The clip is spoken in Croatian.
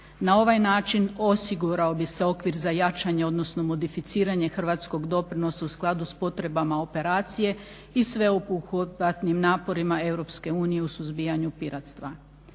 Na ovaj način osigurao bi se okvir za jačanje, odnosno modificiranje hrvatskog doprinosa u skladu sa potrebama operacije i sveobuhvatnim naporima EU u suzbijanju piratstva.